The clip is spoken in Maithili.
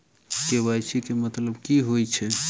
के.वाई.सी केँ मतलब की होइ छै?